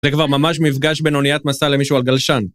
זה כבר ממש מפגש בין אוניית מסע למישהו על גלשן.